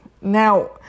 Now